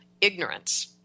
ignorance